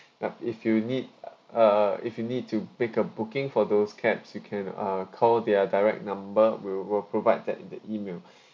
yup if you need uh uh if you need to make a booking for those cabs you can uh call their direct number we'll will provide that in the email